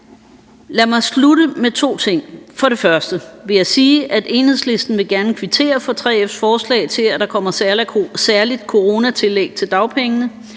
Lad mig slutte med to ting. For det første vil jeg sige, at Enhedslisten gerne vil kvittere for 3F's forslag om, at der kommer et særligt coronatillæg til dagpengene.